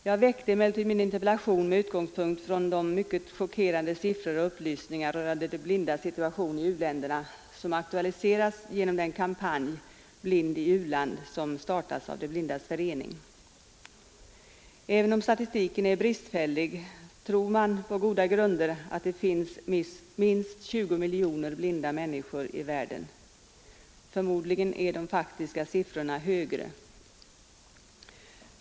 Jag väckte emellertid min interpellation med utgångspunkt i de mycket chockerande siffror och upplysningar rörande de blindas situation i u-länderna som aktualiserats genom den kampanj, ”Blind i u-land”, som startats av De blindas förening. Även om statistiken är bristfällig tror man på goda grunder att det finns minst 20 miljoner blinda människor i världen. Förmodligen är den faktiska siffran ännu högre.